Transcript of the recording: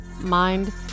mind